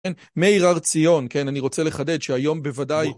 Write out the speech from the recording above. מאיר הרציון, כן, אני רוצה לחדד שהיום בוודאי...